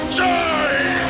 die